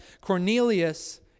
Cornelius